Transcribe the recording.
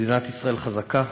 מדינת ישראל חזקה,